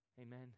Amen